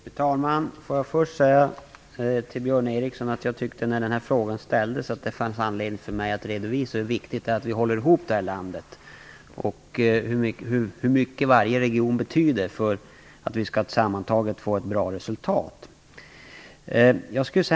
Fru talman! Först vill jag till Björn Ericson säga att jag tyckte att det fanns anledning för mig att redovisa hur viktigt det är att vi håller ihop det här landet och hur mycket varje region betyder för att vi sammantaget skall få ett bra resultat.